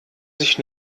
sich